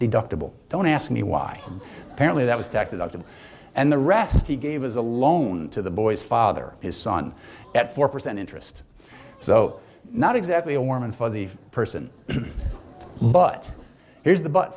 deductible don't ask me why apparently that was directed at him and the rest he gave as a loan to the boy's father his son at four percent interest so not exactly a warm and fuzzy person but here's the bu